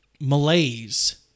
Malaise